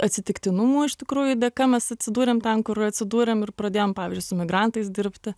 atsitiktinumų iš tikrųjų dėka mes atsidūrėm ten kur atsidūrėm ir pradėjom pavyzdžiui su imigrantais dirbti